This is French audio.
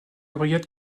brigade